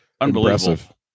unbelievable